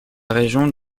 région